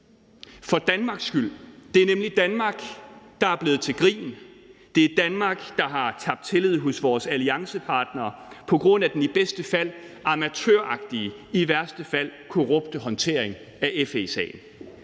for Danmarks skyld! Det er nemlig Danmark, der er blevet til grin. Det er Danmark, der har tabt tillid hos vores alliancepartnere på grund af den i bedste fald amatøragtige, i værste fald korrupte håndtering af FE-sagen.